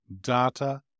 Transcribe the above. data